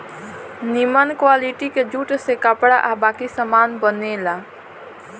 निमन क्वालिटी के जूट से कपड़ा आ बाकी सामान बनेला